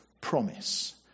promise